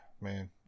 man